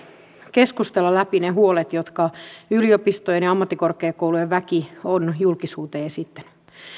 keskustella läpi ne huolet jotka yliopistojen ja ammattikorkeakoulujen väki on julkisuuteen esittänyt